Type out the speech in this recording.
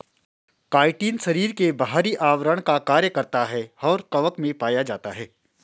chitin शरीर के बाहरी आवरण का कार्य करता है और कवक में पाया जाता है